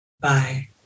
Bye